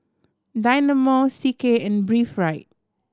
Dynamo C K and Breathe Right